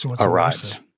arrives